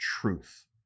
truth